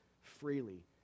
freely